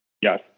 Yes